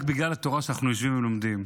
רק בגלל התורה שאנחנו יושבים ולומדים.